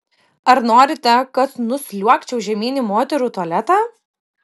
ar norite kad nusliuogčiau žemyn į moterų tualetą